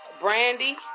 Brandy